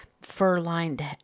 fur-lined